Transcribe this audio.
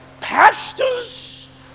pastors